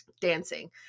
dancing